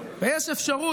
ויש אפשרות,